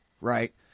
right